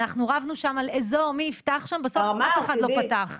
אנחנו רבנו שם על האזור ועל מי יפתח שם ובסוף אף אחד לא פתח.